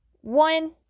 One